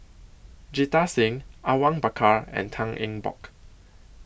Jita Singh Awang Bakar and Tan Eng Bock